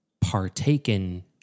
partaken